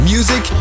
Music